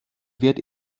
wird